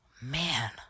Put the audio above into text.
man